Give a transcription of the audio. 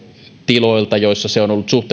tiloilta joissa se on ollut